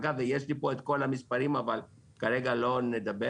אז גם לזה קיבלנו שיתוף פעולה מלא ממשרד האוצר וגם את זה אנחנו נעשה.